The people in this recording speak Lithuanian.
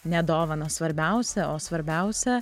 ne dovanos svarbiausia o svarbiausia